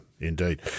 indeed